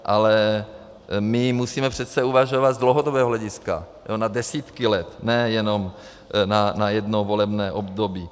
Ale my musíme přece uvažovat z dlouhodobého hlediska, na desítky let, ne jenom na jedno volební období.